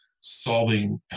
solving